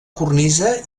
cornisa